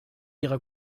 ihrer